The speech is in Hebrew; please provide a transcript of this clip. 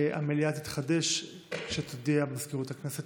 המליאה תתחדש כשתודיע מזכירות הכנסת,